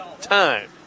time